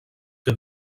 que